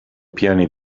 piani